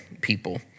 people